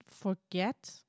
forget